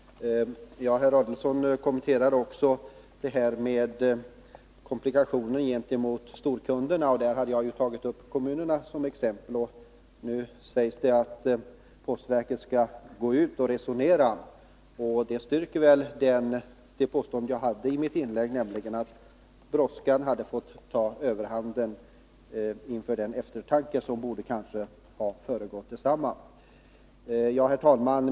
Kommunikationsministern kommenterade också komplikationen i fråga om storkunderna. Där hade jag tagit kommunerna som exempel. Nu sägs det att postverket skall gå ut och resonera, och det styrker väl det påstående som jag gjorde i mitt inlägg, nämligen att brådskan hade fått ta överhanden över den eftertanke som borde ha föregått beslutet. Herr talman!